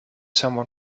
someone